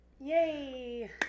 Yay